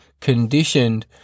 conditioned